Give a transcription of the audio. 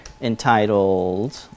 entitled